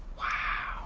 wow.